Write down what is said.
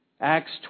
Acts